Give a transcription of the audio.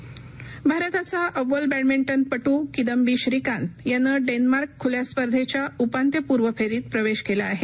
badminton भारताचा अव्वल बॅडमिंजपू किदंबी श्रीकांत यानं डेन्मार्क खुल्या स्पर्धेच्या उपान्त्य पूर्व फेरीत प्रवेश केला आहे